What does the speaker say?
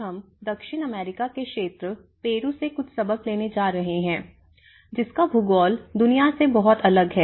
आज हम दक्षिण अमेरिकी के क्षेत्र पेरू से कुछ सबक लेने जा रहे हैं जिसका भूगोल दुनिया से बहुत अलग है